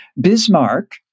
Bismarck